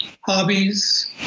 hobbies